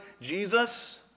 Jesus